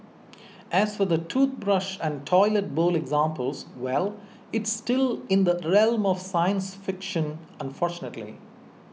as for the toothbrush and toilet bowl examples well it's still in the realm of science fiction unfortunately